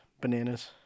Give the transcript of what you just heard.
bananas